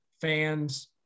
fans